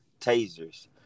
tasers